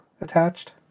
attached